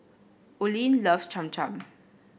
Oline loves Cham Cham